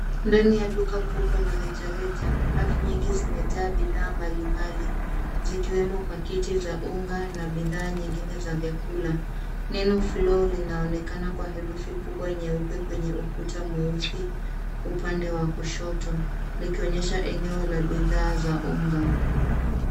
Ndani ya duka kubwa la rejareja rafu nyingi zimejaa bidhaa mbalimbali zikiwemo pakiti za unga na bidhaa nyingine za vyakula. Neno flour linaonekana kwa herufi kubwa nyeupe kwenye ukuta mweusi upande wa kushoto likionyesha eneo la bidhaa za unga.